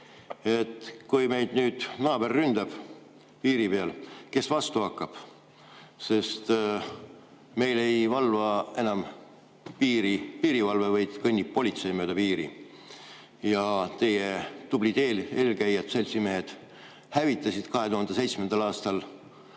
kui meid nüüd naaber ründab piiri peal, kes vastu hakkab? Sest meil ei valva enam piiri piirivalve, vaid kõnnib politsei mööda piiri. Teie tublid eelkäijad-seltsimehed hävitasid 2007. aastal